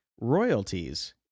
royalties